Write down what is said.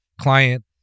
client